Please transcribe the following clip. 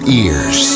ears